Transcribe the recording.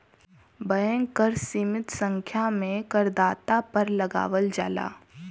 bank कर सीमित संख्या में करदाता पर लगावल जाला